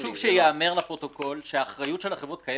חשוב שייאמר לפרוטוקול שהאחריות של החברות קיימת.